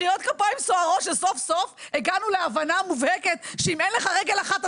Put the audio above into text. מחיאות כפיים סוערות שסוף סוף הגענו להבנה מובהקת שאם אין לך רגל אחת,